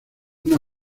una